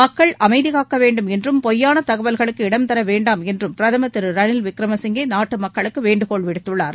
மக்கள் அமைதி காக்க வேண்டும் என்றும் பொய்யான தகவல்களுக்கு இடம்தர வேண்டாம் என்றும் பிரதமர் திரு ரணில் விக்ரமசிங்கே நாட்டு மக்களுக்கு வேண்டுகோள் விடுத்துள்ளார்